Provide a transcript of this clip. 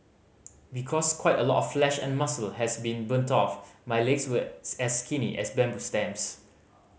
because quite a lot of flesh and muscle has been burnt off my legs were as skinny as bamboo stems